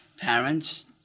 parents